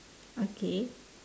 okay